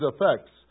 effects